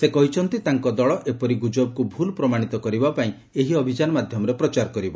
ସେ କହିଛନ୍ତି ତାଙ୍କ ଦଳ ଏପରି ଗୁଜବକୁ ଭୁଲ ପ୍ରମାଣିତ କରିବା ପାଇଁ ଏହି ଅଭିଯାନ ମାଧ୍ୟମରେ ପ୍ରଚାର କରିବ